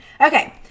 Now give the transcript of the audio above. Okay